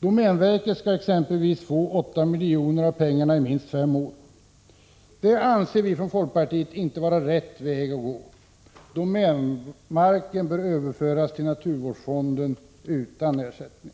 Domänverket skall exempelvis få 8 milj.kr. av pengarna i minst fem år. Detta anser vi inom folkpartiet inte vara rätt väg att gå. Domänverksmarken bör överföras till naturvårdsfonden utan ersättning.